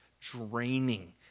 draining